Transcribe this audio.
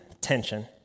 tension